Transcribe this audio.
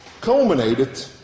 culminated